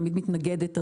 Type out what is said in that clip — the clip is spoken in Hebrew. תמיד מתנגדת.